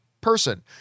person